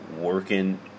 working